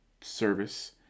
service